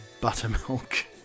buttermilk